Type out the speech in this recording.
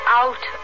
out